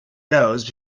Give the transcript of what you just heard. nose